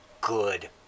good